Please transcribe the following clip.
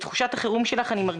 את תחושת החירום אני מרגישה.